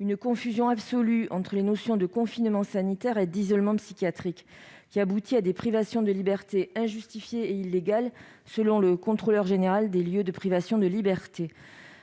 une « confusion absolue entre les notions de " confinement sanitaire " et d'" isolement psychiatrique "», aboutissant à des privations de liberté injustifiées et illégales selon le Contrôleur général des lieux de privation de liberté.